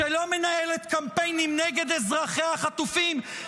-- שלא מנהלת קמפיינים נגד אזרחיה החטופים,